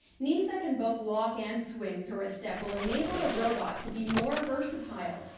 knees that can both walk and swing through a step will enable the robot to be more versatile.